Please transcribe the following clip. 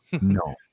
No